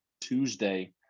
Tuesday